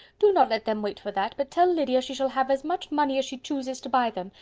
do not let them wait for that, but tell lydia she shall have as much money as she chooses to buy them,